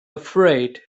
afraid